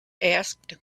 asked